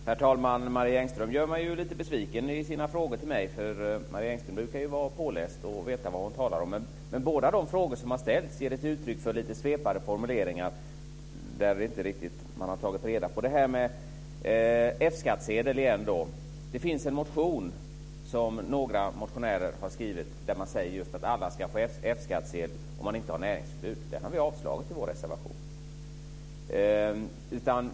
Herr talman! Marie Engström gör mig lite besviken när hon ställer sina frågor till mig. Marie Engström brukar ju vara påläst och veta vad hon talar om, men båda de frågor som har ställts ger uttryck för lite svepande formuleringar där man inte riktigt har tagit reda på detta. Det finns en motion där man säger att alla ska få F-skattsedel om man inte har näringsförbud. Den har vi avstyrkt i vår reservation.